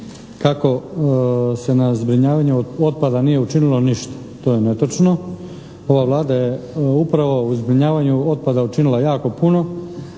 kako se na zbrinjavanju otpada nije učinilo ništa. To je netočno. Ova Vlada je upravo u zbrinjavanju otpada učinila jako puno,